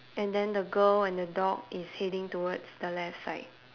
and then the girl and the dog is heading towards the left side